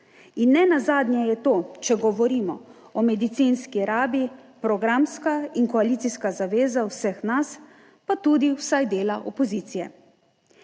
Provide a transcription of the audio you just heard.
In nenazadnje je to, če govorimo o medicinski rabi programska in koalicijska zaveza vseh nas pa tudi vsaj dela opozicije.